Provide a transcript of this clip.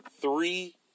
three